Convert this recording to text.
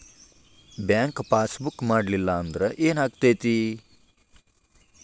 Bank passbook ಮಾಡಲಿಲ್ಲ ಅಂದ್ರೆ ಏನ್ ಆಗ್ತೈತಿ?